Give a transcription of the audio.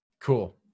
Cool